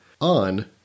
on